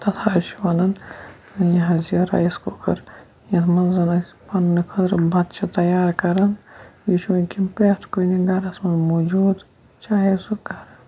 تَتھ حظ چھِ وَنان یہِ حظ یہِ ریِس کُکَر یَتھ منٛز زَن اَسہِ رَننہٕ خٲطرٕ بَتہٕ چھِ تیار کَران یہِ چھِ وٕنکیٚن پرٛٮ۪تھ کُنہِ گَرَس منٛز موٗجوٗد چاہے سُہ گَرٕ